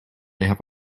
have